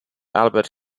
albert